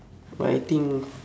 but I think